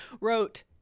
wrote